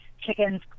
chickens